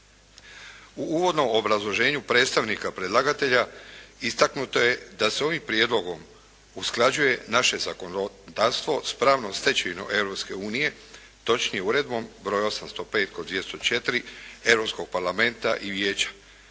U uvodnom obrazloženju predstavnika predlagatelja istaknuto je da se ovim prijedlogom usklađuje naše zakonodavstvo s pravnom stečevinom Europske unije, točnije Uredbom br. 805/204 Europskog